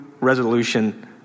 resolution